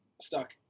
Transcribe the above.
stuck